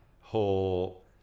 whole